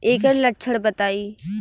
ऐकर लक्षण बताई?